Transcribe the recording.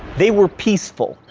they were peaceful.